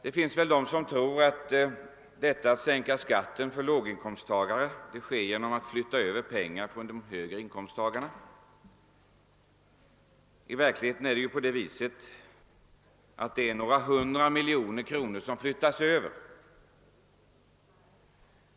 Det finns väl de som tror att man sänker skatten för låginkomsttagarna genom att flytta över så mycket pengar från de högre inkomsttagarna. I verkligheten är det endast några hundra miljoner kronor som flyttas över.